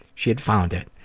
she had found it.